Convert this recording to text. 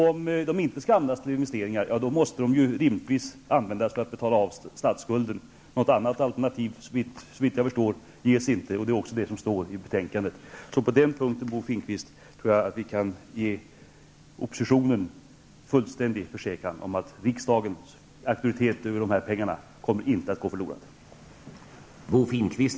Om pengarna inte skall användas till investeringar, måste de rimligtvis användas för att betala av statsskulden. Något annat alternativ ges, såvitt jag förstår, inte. Det står också i betänkandet. Så på den punkten, Bo Finnkvist, tror jag att vi kan ge oppositionen fullständig försäkran om att riksdagens auktoritet över användningen av pengarna inte kommer att gå förlorat.